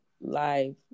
life